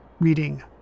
reading